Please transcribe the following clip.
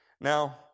Now